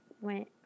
went